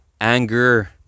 Anger